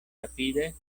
rapide